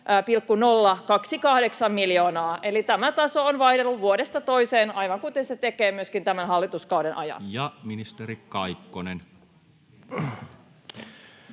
Mikä se oli 2019?] vuodesta toiseen, aivan kuten se tekee myöskin tämän hallituskauden ajan. Ja ministeri Kaikkonen.